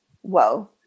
Whoa